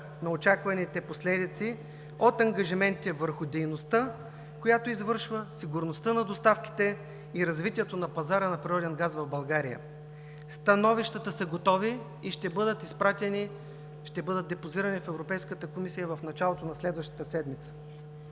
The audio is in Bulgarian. на очакваните последици от ангажиментите върху дейността, която извършва, сигурността на доставките и развитието на пазара на природен газ в България. Становищата са готови и ще бъдат депозирани в Европейската комисия в началото на следващата седмица.